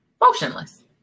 motionless